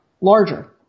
larger